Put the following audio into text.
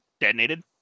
detonated